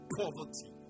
poverty